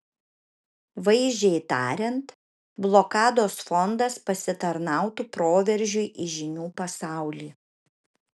vaizdžiai tariant blokados fondas pasitarnautų proveržiui į žinių pasaulį